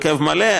הזה,